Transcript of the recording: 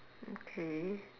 okay